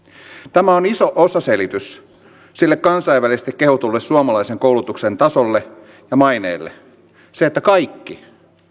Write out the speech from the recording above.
tämä on iso osaselitys sille kansainvälisesti kehutulle suomalaisen koulutuksen tasolle ja maineelle se että kaikki